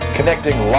Connecting